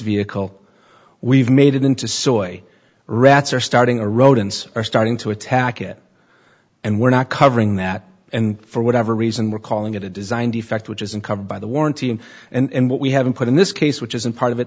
vehicle we've made it into soil rats are starting a rodents are starting to attack it and we're not covering that and for whatever reason we're calling it a design defect which isn't covered by the warranty and what we haven't put in this case which isn't part of it